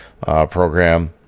program